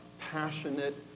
passionate